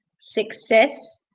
success